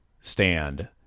stand